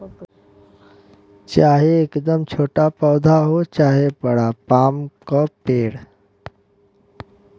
चाहे एकदम छोटा पौधा हो चाहे बड़ा पाम क पेड़